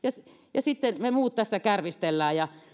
ja sitten me muut tässä kärvistelemme ja